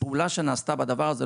פעולה שנעשתה בדבר הזה,